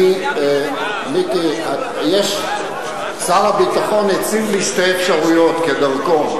מיקי, שר הביטחון הציג לי שתי אפשרויות, כדרכו.